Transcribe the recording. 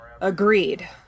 Agreed